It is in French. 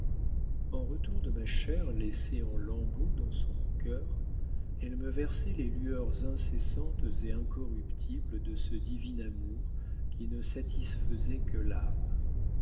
en retour de ma chair laissée en lambeaux dans son cœur elle me versait des lueurs incessantes et incorruptibles de ce divin amour qui ne satisfaisait que l'âme